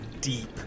deep